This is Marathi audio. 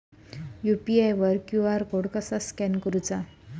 यू.पी.आय वर क्यू.आर कोड कसा स्कॅन करूचा?